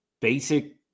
basic